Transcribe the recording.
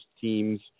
teams